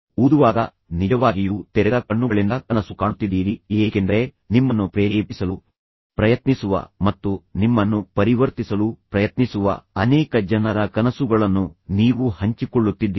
ನೀವು ಓದುವಾಗ ನೀವು ನಿಜವಾಗಿಯೂ ತೆರೆದ ಕಣ್ಣುಗಳಿಂದ ಕನಸು ಕಾಣುತ್ತಿದ್ದೀರಿ ಏಕೆಂದರೆ ನಿಮ್ಮನ್ನು ಪ್ರೇರೇಪಿಸಲು ಪ್ರಯತ್ನಿಸುವ ಮತ್ತು ನಿಮ್ಮನ್ನು ಪರಿವರ್ತಿಸಲು ಪ್ರಯತ್ನಿಸುವ ಅನೇಕ ಜನರ ಕನಸುಗಳನ್ನು ನೀವು ಹಂಚಿಕೊಳ್ಳುತ್ತಿದ್ದೀರಿ